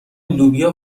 لوبیا